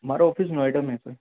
ہمارا آفس نوئیڈا میں ہے سر